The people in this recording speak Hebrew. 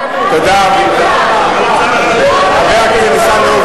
אנחנו תומכים בה ואנחנו מציעים,